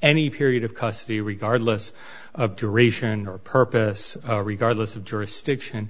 any period of custody regardless of duration or purpose regardless of jurisdiction